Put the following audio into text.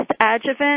adjuvant